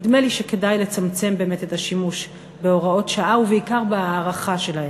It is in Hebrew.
נדמה לי שכדאי לצמצם באמת את השימוש בהוראות שעה ובעיקר את ההארכה שלהן.